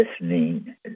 listening